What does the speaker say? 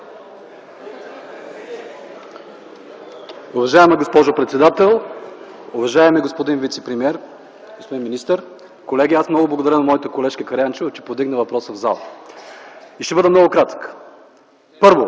Уважаема госпожо председател, уважаеми господин вицепремиер, господин министър, колеги! Аз много благодаря на моята колежка Караянчева, че повдигна въпроса в залата. Ще бъда много кратък. Първо,